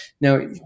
Now